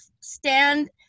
stand